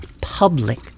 public